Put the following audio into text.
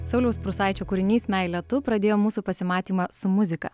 sauliaus prūsaičio kūrinys meile tu pradėjo mūsų pasimatymą su muzika